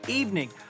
evening